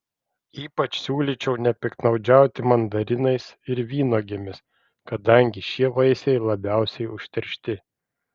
ypač siūlyčiau nepiktnaudžiauti mandarinais ir vynuogėmis kadangi šie vaisiai labiausiai užteršti